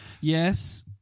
Yes